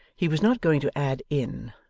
he was not going to add inn,